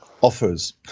offers